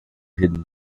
hidden